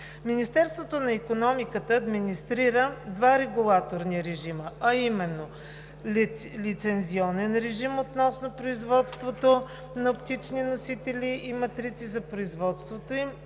Министерството на икономиката администрира два регулаторни режима, а именно: лицензионен режим относно производството на оптични носители и матрици за производството им